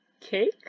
Cake